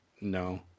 no